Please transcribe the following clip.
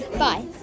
bye